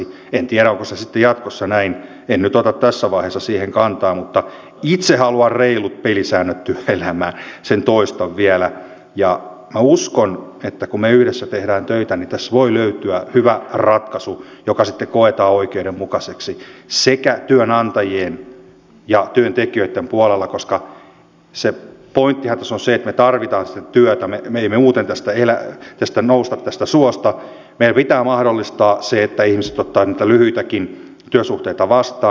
en tiedä onko se sitten jatkossa näin en nyt ota tässä vaiheessa siihen kantaa mutta itse haluan reilut pelisäännöt työelämään sen toistan vielä ja minä uskon että kun me yhdessä teemme töitä niin tässä voi löytyä hyvä ratkaisu joka sitten koetaan oikeudenmukaiseksi sekä työnantajien että työntekijöitten puolella koska se pointtihan tässä on se että me tarvitsemme sitä työtä emme me muuten tästä suosta nouse meidän pitää mahdollistaa se että ihmiset ottavat niitä lyhyitäkin työsuhteita vastaan